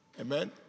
Amen